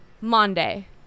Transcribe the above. Monday